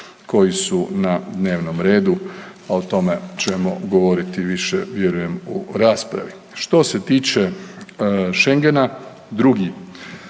koji su na dnevnom redu, a o tome ćemo govoriti više vjerujem u raspravi. Što se tiče Schengena, drugi